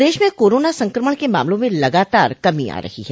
प्रदेश में कोराना संक्रमण के मामलों में लगातार कमी आ रही है